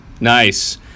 Nice